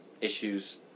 Issues